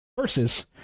versus